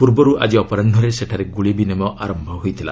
ପୂର୍ବରୁ ଆଜି ଅପରାହୁରେ ସେଠାରେ ଗୁଳି ବିନିମୟ ଆରମ୍ଭ ହୋଇଥିଲା